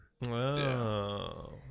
Wow